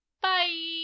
Bye